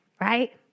right